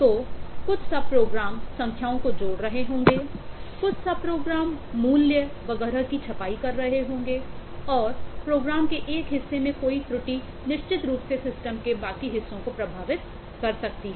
तो कुछ सबप्रोग्राम के एक हिस्से में कोई त्रुटि निश्चित रूप से सिस्टम के बाकी हिस्सों को प्रभावित कर सकती है